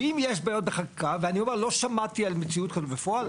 ואם יש בעיות בחקיקה ואני אומר לא שמעתי את המציאות כזו בפועל.